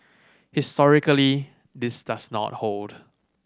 historically this does not hold